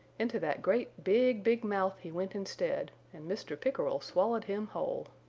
into that great big, big mouth he went instead, and mr. pickerel swallowed him whole.